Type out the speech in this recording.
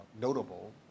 notable